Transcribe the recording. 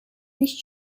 nicht